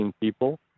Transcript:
people